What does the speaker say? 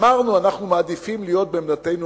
אמרנו: אנחנו מעדיפים להיות בעמדתנו